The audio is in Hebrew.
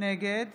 נגד